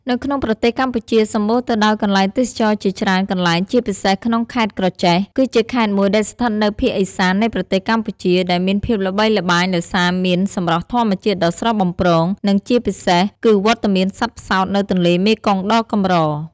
នៅក្នុងប្រទេសកម្ពុជាសម្បូរទៅដោយកន្លែងទេសចរណ៍ជាច្រើនកន្លែងជាពិសេសក្នុងខេត្តក្រចេះ គឺជាខេត្តមួយដែលស្ថិតនៅភាគឦសាននៃប្រទេសកម្ពុជា ដែលមានភាពល្បីល្បាញដោយសារមានសម្រស់ធម្មជាតិដ៏ស្រស់បំព្រង និងជាពិសេសគឺវត្តមានសត្វផ្សោតនៅទន្លេមេគង្គដ៏កម្រ ។